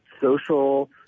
social